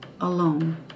alone